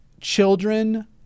children